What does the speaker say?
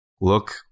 look